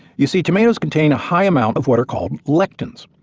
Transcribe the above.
you see tomatoes contain a high amount of what are called lectins.